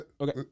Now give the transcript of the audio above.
Okay